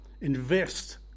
invest